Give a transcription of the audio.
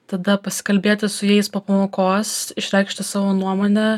tada pasikalbėti su jais po pamokos išreikšti savo nuomonę